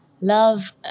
Love